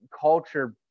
culture